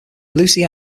lucy